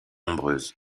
nombreuses